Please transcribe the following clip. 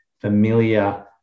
familiar